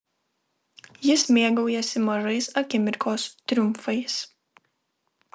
jis mėgaujasi mažais akimirkos triumfais